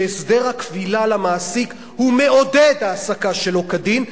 שהסדר הכבילה למעסיק מעודד העסקה שלא כדין,